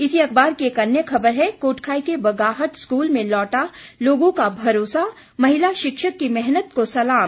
इसी अखबार की एक अन्य खबर है कोटखाई के बगाहट स्कूल में लौटा लोगों का भरोसा महिला शिक्षक की मेहनत को सलाम